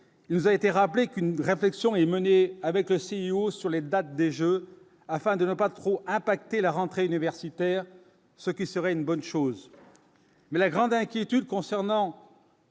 nous a été rappelé qu'une réflexion est menée avec le CIO sur les dates des Jeux afin de ne pas trop impacter la rentrée universitaire, ce qui serait une bonne chose, mais la grande inquiétude concernant.